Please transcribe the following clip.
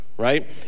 right